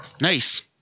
Nice